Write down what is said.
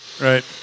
Right